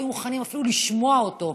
לא היו מוכנים אפילו לשמוע אותו.